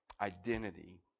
identity